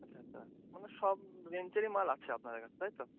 আচ্ছা আচ্ছা মানে সব রেঞ্জেরই মাল আছে আপনাদের কাছে তাই তো